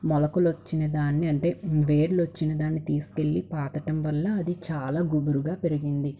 మొలకలు వచ్చిన దాన్ని అంటే వేర్లు వచ్చిన దాన్ని తీసుకెళ్ళి పాతటం వల్ల అది చాలా గుబురుగా పెరిగింది